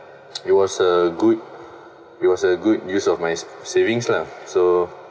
it was a good it was a good use of my savings lah so